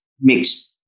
mixed